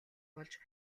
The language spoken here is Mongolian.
болж